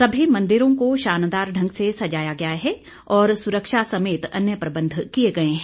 सभी मंदिरों को शानदार ढंग से सजाया गया है और सुरक्षा समेत अन्य प्रबंध किये गए हैं